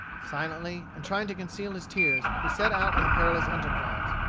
silently, and trying to conceal his tears, he set out on the perilous enterprise.